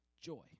Joy